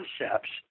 concepts